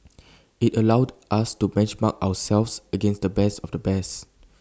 IT allowed us to benchmark ourselves against the best of the best